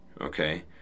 Okay